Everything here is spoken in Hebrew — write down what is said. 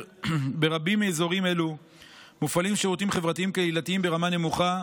ברבים מאזורים אלה מופעלים שירותים חברתיים-קהילתיים ברמה נמוכה,